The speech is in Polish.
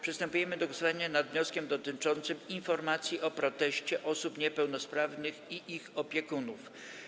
Przystępujemy do głosowania nad wnioskiem dotyczącym informacji o proteście osób niepełnosprawnych i ich opiekunów.